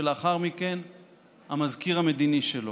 ולאחר מכן המזכיר המדיני שלו.